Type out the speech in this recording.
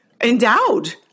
endowed